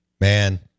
Man